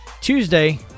Tuesday